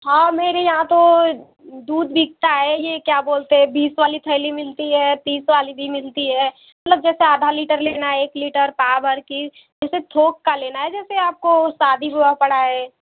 हाँ मेरे यहाँ तो दूध बिकता है ये क्या बोलते हैं बीस वाली थैली मिलती है तीस वाली भी मिलती है मतलब जैसे आधा लीटर लेना है एक लीटर पाव भर की जैसे थोक का लेना है जैसे आपको शादी विवाह पड़ा है